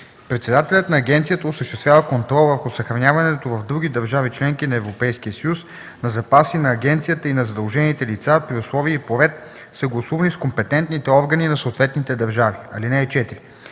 Председателят на агенцията осъществява контрол върху съхраняването в други държави – членки на Европейския съюз, на запаси на агенцията и на задължените лица, при условия и по ред, съгласувани с компетентните органи на съответните държави. (4)